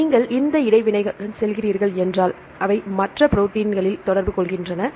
நீங்கள் இந்த இடைவினைகளுடன் செல்கிறீர்கள் என்றால் அவை மற்ற ப்ரோடீன்களில் தொடர்பு கொள்கின்றன